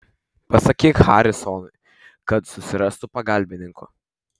pasakyk harisonui kad susirastų pagalbininkų